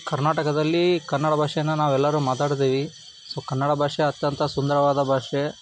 ಕರ್ನಾಟಕದಲ್ಲಿ ಕನ್ನಡ ಭಾಷೆಯನ್ನು ನಾವು ಎಲ್ಲರೂ ಮಾತಾಡ್ತೀವಿ ಸೊ ಕನ್ನಡ ಭಾಷೆ ಅತ್ಯಂತ ಸುಂದರವಾದ ಭಾಷೆ